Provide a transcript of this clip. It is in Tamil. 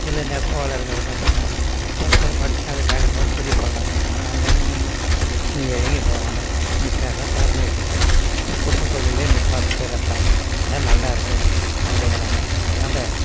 சில நெசவாளர்கள் வந்து அப்படித் தான் பசங்களை படிச்சு நிறையா வேலைக்கு போகணும் பிரியப்படுறாங்க ஆனால் அவங்க என்னகிறாங்க நீ எங்கேயும் போக வேண்டாம் நீ பேசாது நம்ம குடும்ப தொழிலிலே நீ பார்த்துட்டு இருப்பா அதுதான் நல்லா இருக்கும் அப்படிங்கிறாங்க அதெலாம் அந்த